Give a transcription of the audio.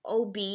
OB